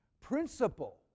principle